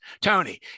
Tony